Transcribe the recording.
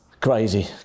Crazy